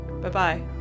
Bye-bye